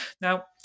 Now